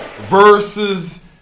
versus